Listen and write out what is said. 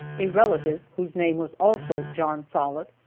a relative whose name was also john sollitt,